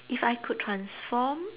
if I could transform